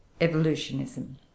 evolutionism